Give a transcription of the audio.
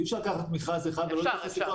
אי אפשר לקחת מכרז אחד ולא להתייחס לכל